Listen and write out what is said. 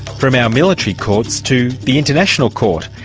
from our military courts to the international court,